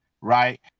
right